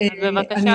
אני רוצה